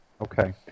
Okay